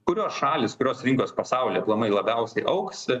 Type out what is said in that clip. kurios šalys kurios rinkos pasaulyje aplamai labiausiai augs